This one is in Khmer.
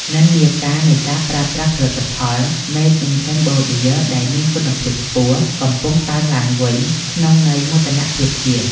និន្នាការនៃការប្រើប្រាស់ផលិតផល "Made in Cambodia" ដែលមានគុណភាពខ្ពស់ កំពុងកើនឡើងវិញក្នុងន័យមោទនភាពជាតិ។